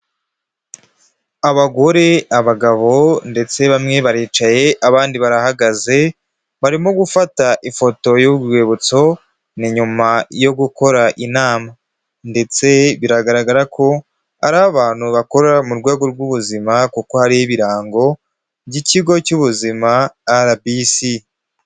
Abagore, abagabo ndetse bamwe baricaye, abandi barahagaze, barimo gufata ifoto y'urwibutso, ni nyuma yo gukora inama ndetse biragaragara ko ari abantu bakorera mu rwego rw'ubuzima kuko hari ibirango by'ikigo cy'ubuzima, RBC.